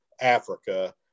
Africa